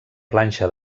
planxa